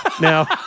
Now